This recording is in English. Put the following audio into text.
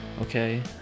Okay